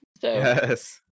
Yes